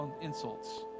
insults